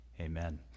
Amen